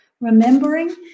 remembering